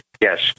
yes